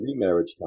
remarriage